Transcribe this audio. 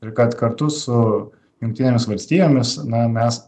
ir kad kartu su jungtinėmis valstijomis na mes